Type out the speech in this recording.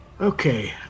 Okay